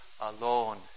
alone